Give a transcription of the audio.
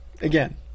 again